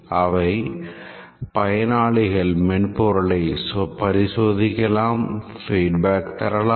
அவை பயனாளிகள் மென்பொருளை பரிசோதிக்கலாம் feedback தரலாம்